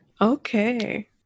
Okay